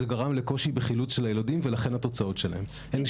גרם לקושי בחילוץ של הילדים ומכאן התוצאות שלהם.